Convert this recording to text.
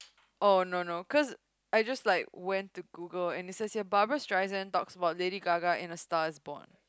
oh no no cause I just like went to Google and it says here Barbra-Streisand talks about Lady-Gaga in stars born